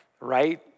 right